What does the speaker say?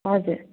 हजुर